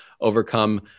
overcome